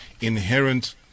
inherent